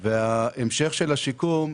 וההמשך של השיקום,